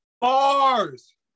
Bars